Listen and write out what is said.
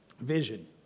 Vision